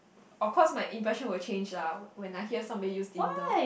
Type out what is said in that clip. of course my impression were change lah when I hear somebody use in the